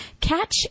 Catch